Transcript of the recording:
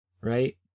right